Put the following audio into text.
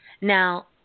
Now